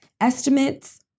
Estimates